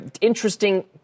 interesting